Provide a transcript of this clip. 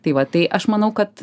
tai va tai aš manau kad